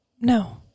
No